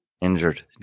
injured